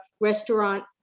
restaurant